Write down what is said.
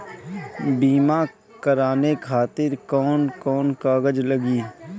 बीमा कराने खातिर कौन कौन कागज लागी?